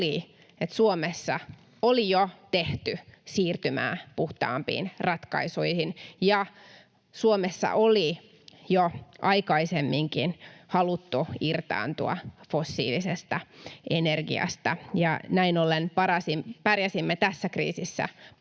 Suomessa oli jo tehty siirtymää puhtaampiin ratkaisuihin ja Suomessa oli jo aikaisemminkin haluttu irtaantua fossiilisesta energiasta. Ja näin ollen pärjäsimme tässä kriisissä paremmin